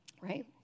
right